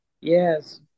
Yes